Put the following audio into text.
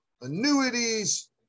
annuities